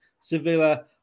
Sevilla